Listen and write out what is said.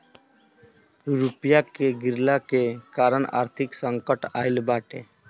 रुपया के गिरला के कारण आर्थिक संकट आईल बाटे